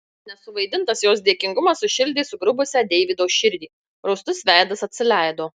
nesuvaidintas jos dėkingumas sušildė sugrubusią deivido širdį rūstus veidas atsileido